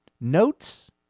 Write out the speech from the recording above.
notes